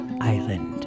Island